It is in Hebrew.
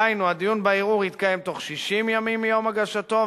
דהיינו הדיון בערעור יתקיים בתוך 60 ימים מיום הגשתו,